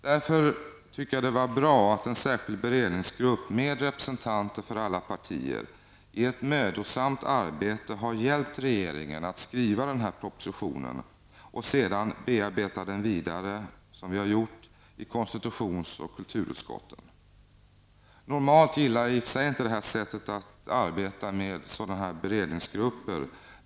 Därför är det bra att en särskild beredningsgrupp, med representanter för alla partier, i ett mödosamt arbete har hjälpt regeringen att skriva den här propositionen, och sedan har vi bearbetat den vidare i konstitutions och kulturutskotten. Normalt gillar jag inte det här sättet att arbeta med sådana beredningsgrupper.